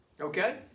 Okay